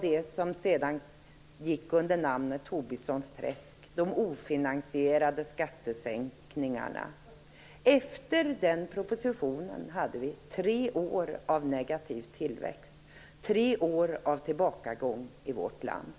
Den gick sedan under namnet Tobissons träsk - de ofinansierade skattesänkningarna. Efter det att den propositionen hade lagts fram hade vi tre år av negativ tillväxt, tre år av tillbakagång, i vårt land.